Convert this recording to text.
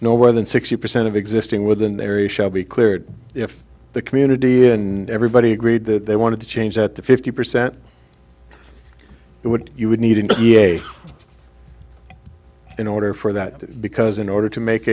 no more than sixty percent of existing within the area shall be cleared if the community and everybody agreed that they wanted to change at the fifty percent it would you would need an in order for that because in order to make